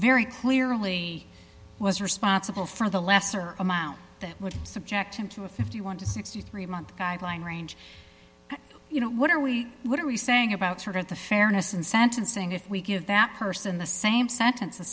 very clearly was responsible for the lesser amount that would subject him to a fifty one to sixty three month guideline range you know what are we what are you saying about sort of the fairness in sentencing if we give that person the same sentence